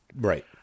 Right